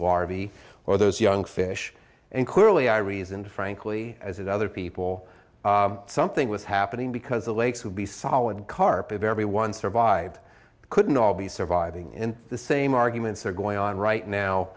larvae or those young fish and clearly i reasoned frankly as that other people something was happening because the lakes would be solid carp of everyone survived couldn't all be surviving in the same arguments are going on right now